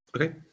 Okay